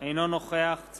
לי להמשך הדיון.